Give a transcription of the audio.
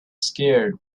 scared